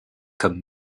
comme